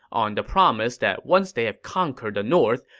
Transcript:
on the promise that once they have conquered the north,